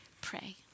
pray